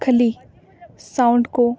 ᱠᱷᱟᱹᱞᱤ ᱥᱟᱭᱩᱱᱰ ᱠᱚ